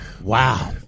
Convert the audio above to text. Wow